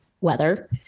weather